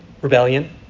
rebellion